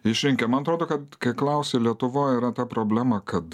išrinkę man atrodo kad kai klausi lietuvoj yra ta problema kad